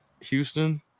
Houston